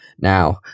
now